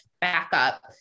backup